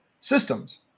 systems